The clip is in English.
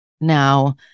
Now